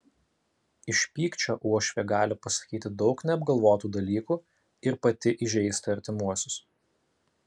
iš pykčio uošvė gali pasakyti daug neapgalvotų dalykų ir pati įžeisti artimuosius